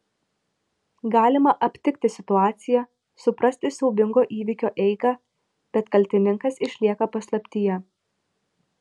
galima aptikti situaciją suprasti siaubingo įvykio eigą bet kaltininkas išlieka paslaptyje